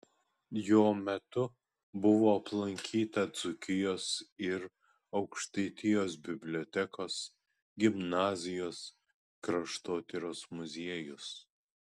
jo metu buvo aplankyta dzūkijos ir aukštaitijos bibliotekos gimnazijos kraštotyros muziejus